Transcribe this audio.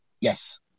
yes